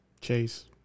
Chase